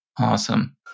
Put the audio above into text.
Awesome